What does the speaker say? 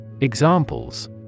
Examples